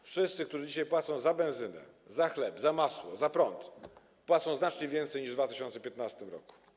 Wszyscy, którzy dzisiaj płacą za benzynę, za chleb, za masło, za prąd, płacą znacznie więcej niż w 2015 r.